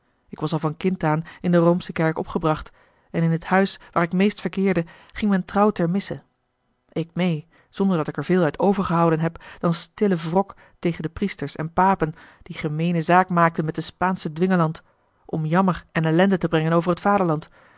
ik was al van kind aan in de roomsche kerk opgebracht en in het huis waar ik meest verkeerde ging men trouw ter misse ik meê zonderdat ik er veel uit overgehouden heb dan stillen wrok tegen de priesters en papen die gemeene zaak maakten met den spaanschen dwingeland om jammer en ellende te brengen over het vaderland